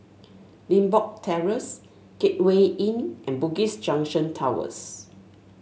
Limbok Terrace Gateway Inn and Bugis Junction Towers